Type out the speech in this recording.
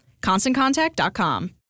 ConstantContact.com